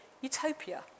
utopia